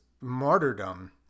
martyrdom